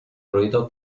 ruido